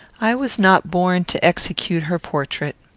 i was not born to execute her portrait.